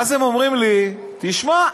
ואז הם אומרים לי: תשמע,